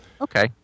Okay